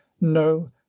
No